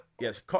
Yes